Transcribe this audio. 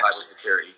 cybersecurity